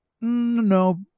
no